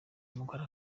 mugore